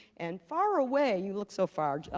and far away, you look so far,